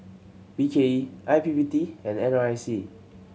B K E I P P T and N R I C